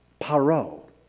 Paro